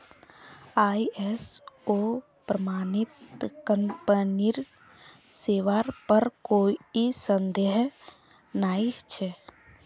ISO प्रमाणित कंपनीर सेवार पर कोई संदेह नइ छ